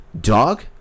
Dog